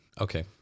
Okay